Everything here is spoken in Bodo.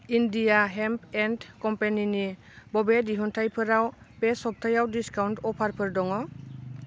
इण्डिया हेम्प एन्ड कम्पानिनि बबे दिहुनथाइफोराव बे सबथायाव डिसकाउन्ट अफारफोर दङ